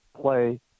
play